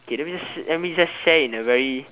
okay let me let me just share it in a very